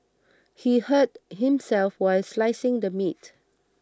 he hurt himself while slicing the meat